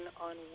on